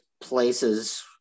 Places